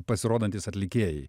pasirodantys atlikėjai